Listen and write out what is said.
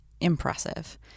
impressive